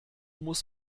muss